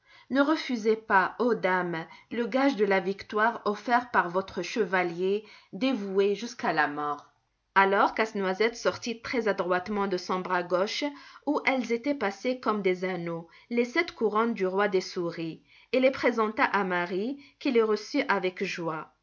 ne refusez pas ô dame le gage de la victoire offert par votre chevalier dévoué jusqu'à la mort alors casse-noisette sortit très-adroitement de son bras gauche où elles étaient passées comme des anneaux les sept couronnes du roi des souris et les présenta à marie qui les reçut avec joie